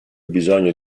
bisogno